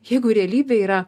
jeigu realybė yra